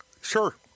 Sure